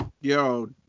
Yo